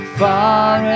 far